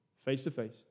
face-to-face